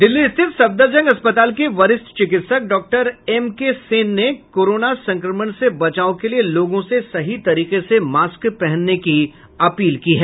दिल्ली स्थित सफदरजंग अस्पताल के वरिष्ठ चिकित्सक डॉक्टर एम के सेन ने कोरोना संक्रमण से बचाव के लिये लोगों से सही तरीके से मास्क पहनने की अपील की है